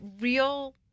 real